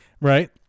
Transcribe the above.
Right